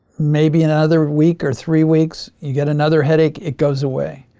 maybe another week or three weeks, you get another headache, it goes away.